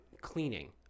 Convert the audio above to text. cleaning